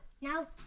Now